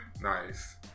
Nice